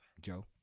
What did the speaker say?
Joe